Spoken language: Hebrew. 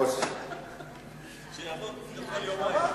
שיבוא כל יומיים.